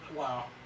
Wow